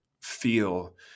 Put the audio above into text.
feel